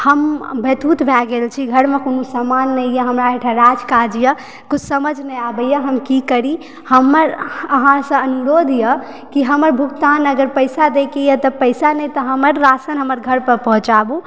हम बैथूत भय गेल छी घरमे कोनो समान नहि यऽ हमरा अहिठा राज काज यऽ किछु समझ नहि आबैया हम की करी हमर अहाँसँ अनुरोध यऽ कि हमर भुगतान अगर पैसा दैके यऽ तऽ पैसा नहि तऽ हमर राशन हमर घर पर पहुँचाबु